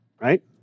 right